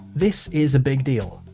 this is a big deal.